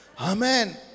amen